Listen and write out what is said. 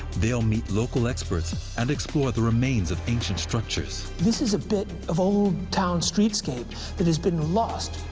they'll meet local experts and explore the remains of ancient structures. this is a bit of old town streetscape that has been lost.